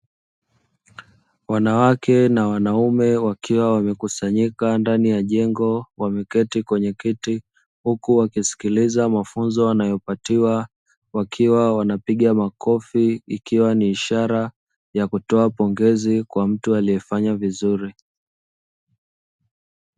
Wanawake na wanaume wakiwa wamekusanyika ndani ya jengo, wameketi kwenye kiti huku wakisikiliza mafunzo wanayopatiwa wakiwa wanapiga makofi ikiwa ni ishara ya kutoa pongezi kwa mtu aliyefanya vizuri.